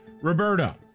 Roberto